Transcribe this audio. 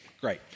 great